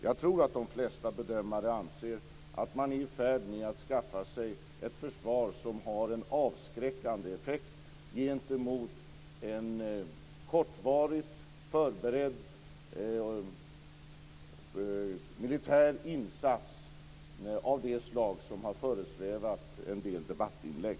Jag tror att de flesta bedömare anser att man är i färd med att skaffa sig ett försvar som har en avskräckande effekt gentemot en kortvarig förberedd militär insats av det slag som har föresvävat en del debattinlägg.